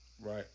Right